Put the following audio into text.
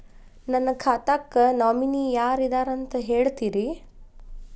ನನ್ನ ಖಾತಾಕ್ಕ ನಾಮಿನಿ ಯಾರ ಇದಾರಂತ ಹೇಳತಿರಿ?